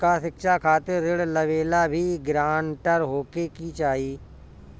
का शिक्षा खातिर ऋण लेवेला भी ग्रानटर होखे के चाही?